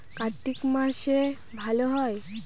কার্তিক মাসে ভালো হয়?